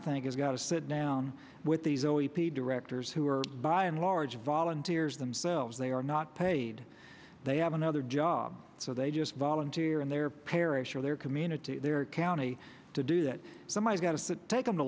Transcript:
think has got to sit down with these o e p directors who are by and large volunteers themselves they are not paid they have another job so they just volunteer in their parish or their community their county to do that somebody's got to take them to